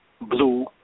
blue